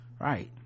right